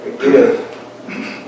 give